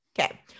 Okay